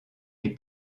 les